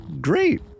great